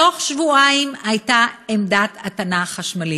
תוך שבועיים הייתה עמדת הטענה חשמלית.